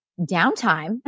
downtime